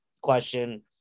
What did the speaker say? question